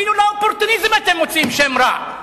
אפילו לאופורטוניזם אתם מוציאים שם רע.